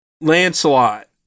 Lancelot